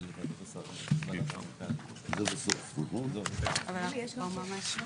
שהוא יקבע בצורה מאוד ברורה רשימה